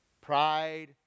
pride